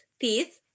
teeth